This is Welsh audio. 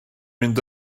mynd